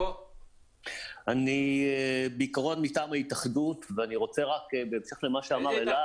אני בעיקרון מטעם ההתאחדות ואני רוצה להתייחס בהמשך למה שאמר אלעד.